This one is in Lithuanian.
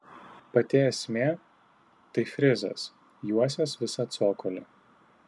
pati esmė tai frizas juosęs visą cokolį